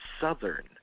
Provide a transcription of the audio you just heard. Southern